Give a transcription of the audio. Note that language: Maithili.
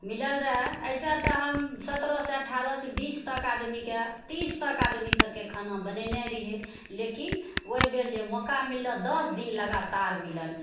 मिलल रहै ऐसे तऽ हम सत्रहसँ अठारह बीस तक आदमीके तीस तक आदमी तकके खाना बनेनय रहियै लेकिन ओहि बेर जे मौका मिलल दश दिन लगातार मिलल